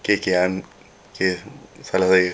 K K I'm K salah saya